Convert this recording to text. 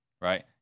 Right